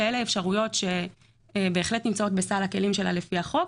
שאלה האפשרויות שבהחלט נמצאות בסל הכלים שלה לפי החוק.